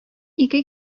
ике